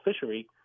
fishery